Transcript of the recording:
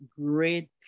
great